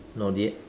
not this